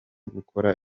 gukora